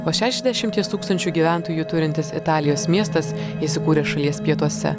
vos šešiasdešimties tūkstančių gyventojų turintis italijos miestas įsikūręs šalies pietuose